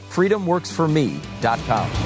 freedomworksforme.com